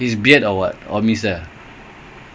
then he's stoning when he was